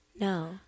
No